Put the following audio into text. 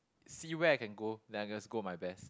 see where I can go then I just go my best